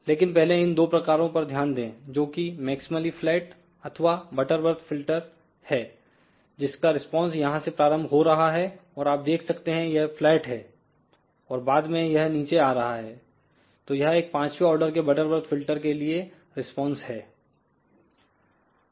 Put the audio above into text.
लेकिन पहले इन 2 प्रकारों पर ध्यान दें जोकि मैक्सिमली फ्लैट अथवा बटरवर्थ फिल्टर है जिसका रिस्पांस यहां से प्रारंभ हो रहा है और आप देख सकते हैं यह फ्लैट है और बाद में यहां यह नीचे आ रहा है तो यहएक पांचवे ऑर्डर के बटरवर्थ फिल्टर के लिए रिस्पॉन्स है